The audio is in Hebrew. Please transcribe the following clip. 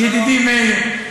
ידידי מאיר,